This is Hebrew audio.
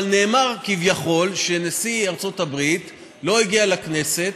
אבל נאמר כביכול שנשיא ארצות הברית לא הגיע לכנסת,